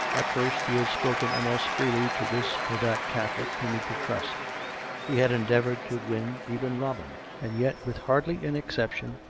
at first he had spoken almost freely to this or that catholic whom he could trusrt he had endeavoured to win even robin and yet, with hardly an exception,